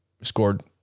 scored